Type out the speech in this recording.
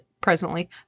Presently